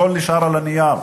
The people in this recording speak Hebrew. הכול נשאר על הנייר.